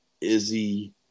Izzy